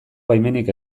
baimenik